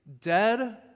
dead